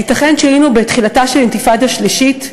האם ייתכן שהיינו בתחילתה של אינתיפאדה שלישית?